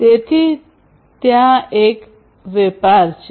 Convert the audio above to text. તેથી ત્યાં એક વેપાર છે